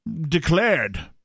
declared